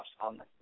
on